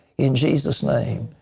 in jesus' name.